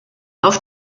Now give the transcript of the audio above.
auf